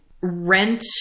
rent